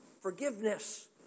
forgiveness